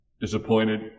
disappointed